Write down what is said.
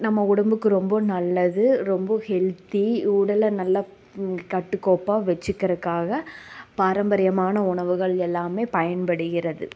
நம்ம உடம்புக்கு ரொம்ப நல்லது ரொம்ப ஹெல்த்தி உடலை நல்லா கட்டுக்கோப்பாக வச்சுக்கிறக்காக பாரம்பரியமான உணவுகள் எல்லாமே பயன்படுகிறது